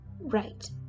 Right